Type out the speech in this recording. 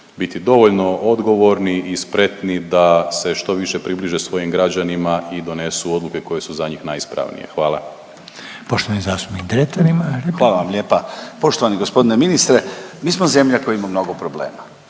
biti dovoljno odgovorni i spretni da se što više približe svojim građanima i donesu odluke koje su za njih najispravnije. Hvala. **Reiner, Željko (HDZ)** Poštovani zastupnik Dretar ima repliku. **Dretar, Davor (DP)** Hvala vam lijepa. Poštovani gospodine ministre, mi smo zemlja koja ima mnogo problema.